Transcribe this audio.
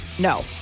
No